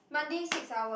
Monday six hours